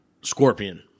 Scorpion